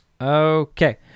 Okay